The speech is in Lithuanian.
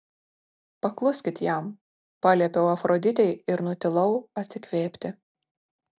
pakluskit jam paliepiau afroditei ir nutilau atsikvėpti